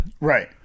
Right